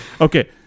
Okay